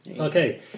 Okay